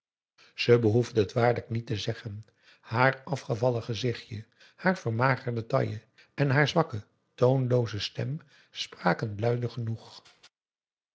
ze behoefde het waarlijk niet te zeggen haar afgevallen gezichtje haar vermagerde taille en haar zwakke toonlooze stem spraken luide genoeg